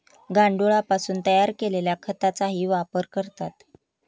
गांडुळापासून तयार केलेल्या खताचाही वापर करतात